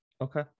okay